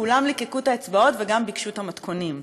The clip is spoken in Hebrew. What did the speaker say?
כולם ליקקו את האצבעות וגם ביקשו את המתכונים.